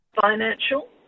financial